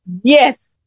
yes